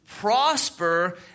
prosper